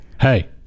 hey